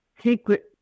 secret